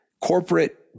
corporate